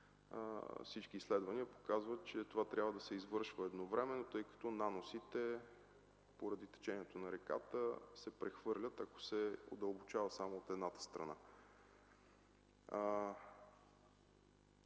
всички изследвания показват, че това трябва да се извършва едновременно, тъй като наносите, поради течението на реката се прехвърлят, ако се удълбочава само от едната страна.